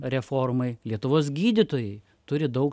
reformai lietuvos gydytojai turi daug